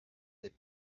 n’est